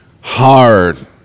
hard